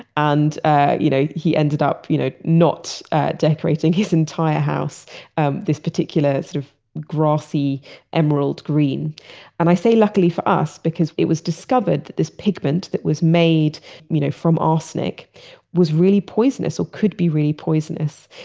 and ah you know he ended up you know not decorating his entire house um this particular sort of grassy emerald green and i say luckily for us because it was discovered that this pigment that was made you know from arsenic was really poisonous or could be really poisonous.